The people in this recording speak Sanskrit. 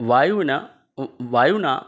वायुना व् वायुना